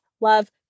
love